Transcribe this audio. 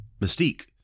Mystique